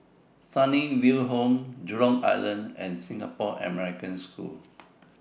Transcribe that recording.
Sunnyville Home Jurong Island and Singapore American School